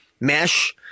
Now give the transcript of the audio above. mesh